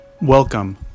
Welcome